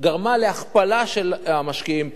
גרמה להכפלה של המשקיעים פנימה,